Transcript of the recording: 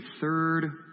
third